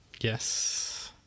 Yes